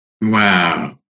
Wow